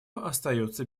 остается